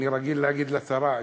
אני רגיל לקרוא לה שרה,